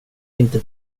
inte